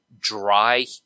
dry